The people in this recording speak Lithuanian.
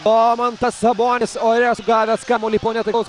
domantas sabonis ore sugavęs kamuolį po netaiklaus